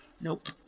Nope